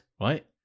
right